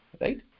right